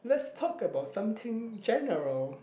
lets talk about something general